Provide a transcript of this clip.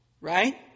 right